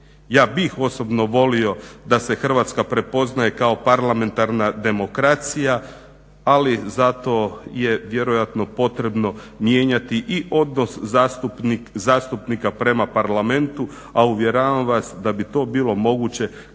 ja bih osobno volio da se Hrvatska prepoznaje kao parlamentarna demokracija. Ali zato je vjerojatno potrebno mijenjati i odnos zastupnika prema Parlamentu, a uvjeravam vas da bi to bilo moguće